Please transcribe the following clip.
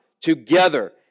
together